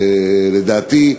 לדעתי,